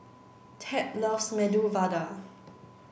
Tab loves Medu Vada